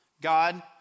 God